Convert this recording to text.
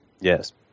Yes